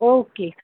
okay